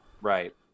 Right